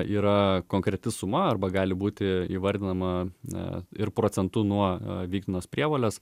yra konkreti suma arba gali būti įvardinama na ir procentu nuo vykdomos prievolės